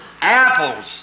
apples